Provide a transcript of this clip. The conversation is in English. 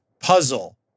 puzzle